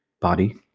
body